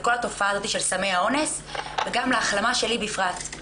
לכל התופעה הזאת של סמי האונס וגם להחלמה שלי בפרט.